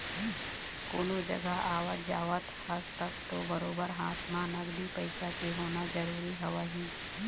कोनो जघा आवत जावत हस तब तो बरोबर हाथ म नगदी पइसा के होना जरुरी हवय ही